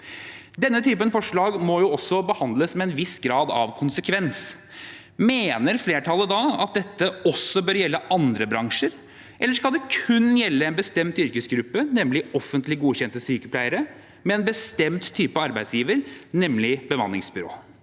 Denne typen forslag må behandles med en viss grad av konsekvens. Mener flertallet da at dette også bør gjelde andre bransjer, eller skal det kun gjelde en bestemt yrkesgruppe, nemlig offentlig godkjente sykepleiere med en bestemt type arbeidsgiver, nemlig bemanningsbyrå?